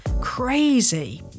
crazy